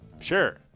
Sure